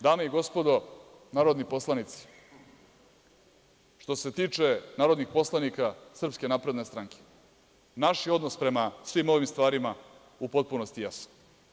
Dame i gospodo narodni poslanici, što se tiče narodnih poslanika SNS naš je odnos prema svim ovim stvarima u potpunosti jasan.